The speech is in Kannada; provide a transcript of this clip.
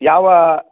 ಯಾವ